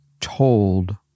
told